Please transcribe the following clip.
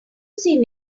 see